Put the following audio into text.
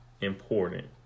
important